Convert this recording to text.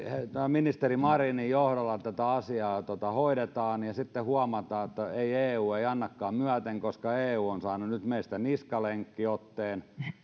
ministeri marinin johdolla tätä asiaa hoidetaan ja sitten huomataan että ei eu annakaan myöten koska eu on saanut nyt meistä niskalenkkiotteen